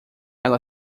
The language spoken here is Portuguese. ela